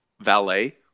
valet